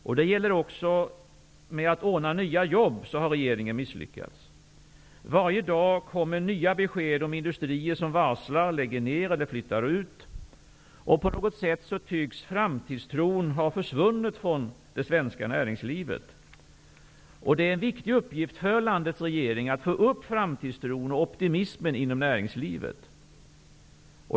Också när det gäller att ordna nya jobb har regeringen misslyckats. Varje dag kommer nya besked om industrier som varslar, lägger ned eller flyttar ut. På något sätt tycks framtidstron ha försvunnit från det svenska näringslivet. Det är en viktig uppgift för landets regering att få upp framtidstron och optimismen inom näringslivet.